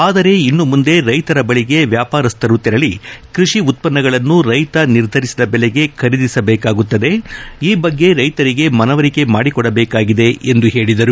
ಆದರೆ ಇನ್ನು ಮುಂದೆ ರೈತರ ಬಳಿಗೆ ವ್ಯಾಪಾರಸ್ವರು ತೆರಳಿ ಕೃಷಿ ಉತ್ಪನ್ನಗಳನ್ನು ರೈತ ನಿರ್ಧರಿಸಿದ ಬೆಲೆಗೆ ಖರೀದಿಸಬೇಕಾಗುತ್ತದೆ ಈ ಬಗ್ಗೆ ರೈತರಿಗೆ ಮನವರಿಕೆ ಮಾಡಿಕೊಡಬೇಕಾಗಿದೆ ಎಂದು ಹೇಳಿದರು